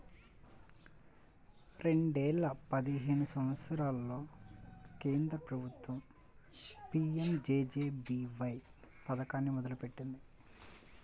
రెండేల పదిహేను సంవత్సరంలో కేంద్ర ప్రభుత్వం పీయంజేజేబీవై పథకాన్ని మొదలుపెట్టింది